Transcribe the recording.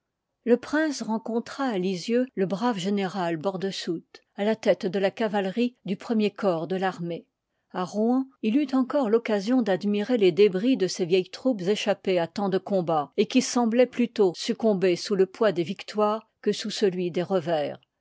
le prince rencontra à lisieux le brave général bordesoult à la tête de la cavalerie du premier corps de l'armée a rouen il eut encore l'occasion d'admirer les débris de ces vieilles troupes échappées à tant de combats et qui sembloient plutôt succomber sous le poids des victoires que sous celui des revers